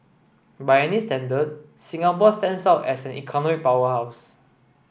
by any standard Singapore stands out as an economic powerhouse